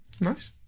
Nice